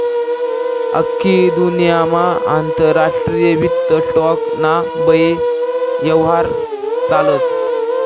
आख्खी दुन्यामा आंतरराष्ट्रीय वित्त स्टॉक ना बये यव्हार चालस